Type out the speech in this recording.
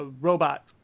Robot